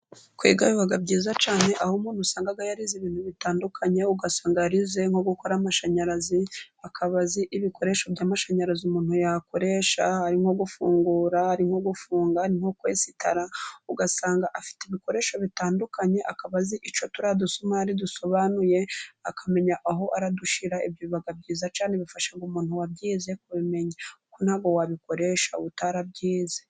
Kwiga biba byiza cyane, aho umuntu usanga yarize ibintu bitandukanye. Ugasanga yarize nko gukora amashanyarazi akaba azi ibikoresho by'amashanyarazi umuntu yakoresha ari nko gufungura no gufunga, nko kwesitara ugasanga afite ibikoresho bitandukanye akaba azi icyo turiya dusumari dusobanuye, akamenya aho aradushira. Ibyo biba byiza cyane bifasha umuntu wabyize kubimenya kuko na wabikoresha ubu utarabyize.